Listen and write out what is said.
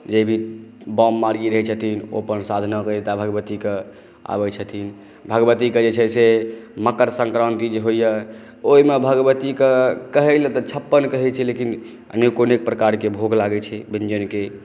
जे भी वाममार्गी रहै छथिन ओ अपन साधना करय तारा भगवतीक आबै छथिन भगवतीक जे छै से मकर संक्रांति जे होइया ओहिमे भगवतीके कहय लए तऽ छप्पन कहै छै लेकिन अनेकोआनेक प्रकारके भोग लागै छै व्यंजनके